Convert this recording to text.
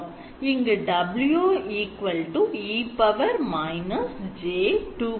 இங்கு W e −j2 π 4